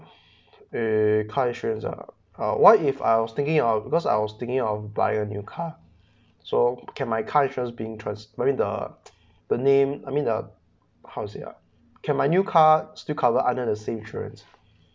uh car insurance uh uh what if I was thinking of because I was thinking of buy a new car so can my car insurance being transfer I mean the the name I mean the how to say uh can my new car still cover under the same insurance